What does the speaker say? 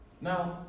Now